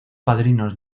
padrinos